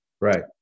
Right